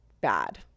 bad